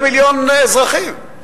ל-250,000 אזרחים.